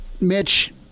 Mitch